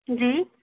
जी